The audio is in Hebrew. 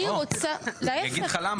אני אגיד לך למה.